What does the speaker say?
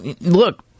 look